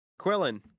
Quillen